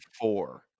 Four